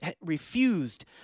refused